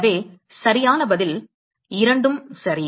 எனவே சரியான பதில் இரண்டும் சரி